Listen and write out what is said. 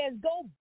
go